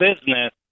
business